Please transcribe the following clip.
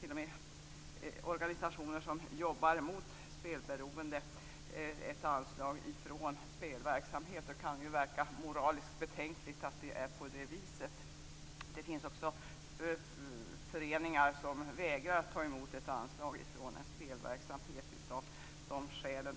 t.o.m. organisationer som jobbar mot spelberoende, ett anslag från spelverksamheten. Det kan verka moraliskt betänkligt att det är på det viset. Det finns också föreningar som vägrar att ta emot anslag från en spelverksamhet av de skälen.